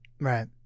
Right